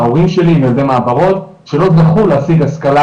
ההורים שלי הם ילדי מעברות, שלא זכו להשיג השכלה